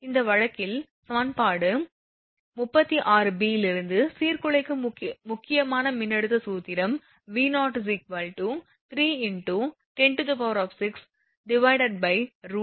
இந்த வழக்கில் சமன்பாடு 36b இலிருந்து சீர்குலைக்கும் முக்கியமான மின்னழுத்த சூத்திரம் V0 3 × 106 √2r ln Deq r